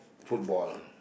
football